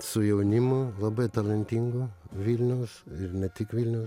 su jaunimu labai talentingu vilniaus ne tik vilniaus